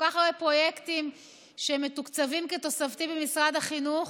כל כך הרבה פרויקטים שמתוקצבים כתוספתי ממשרד החינוך,